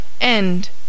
End